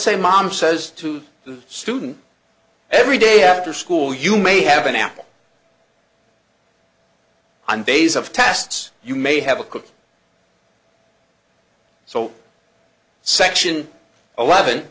say mom says to the student every day after school you may have an apple on days of tests you may have a cook so section eleven